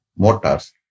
motors